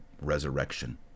resurrection